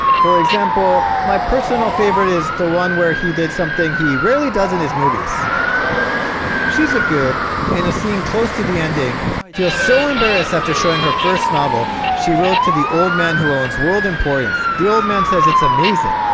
for example my personal favorite is the one where he did something he rarely does in his movies she's she's a good in a scene close to the ending i feel so embarrassed after showing her first novel she wrote to the old man who owns world emporium the old man says it's amazing